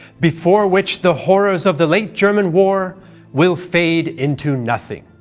before which the horrors of the late german war will fade into nothing.